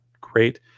great